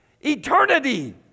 Eternity